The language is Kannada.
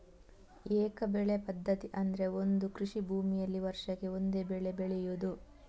ಏಕ ಬೆಳೆ ಪದ್ಧತಿ ಅಂದ್ರೆ ಒಂದು ಕೃಷಿ ಭೂಮಿನಲ್ಲಿ ವರ್ಷಕ್ಕೆ ಒಂದೇ ಬೆಳೆ ಬೆಳೆಯುದು